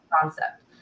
concept